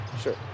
Sure